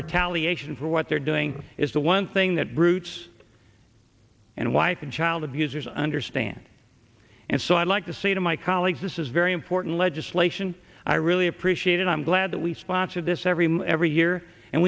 retaliation for what they're doing is the one thing that brute's and wife and child abusers understand and so i'd like to say to my colleagues this is very important legislation i really appreciate and i'm glad that we sponsor this every move every year and